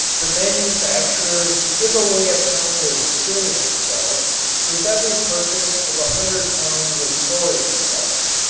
the manufacturers give away a pound of cerium salts with every purchase of a hundred pounds of thorium salts.